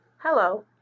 Hello